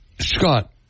Scott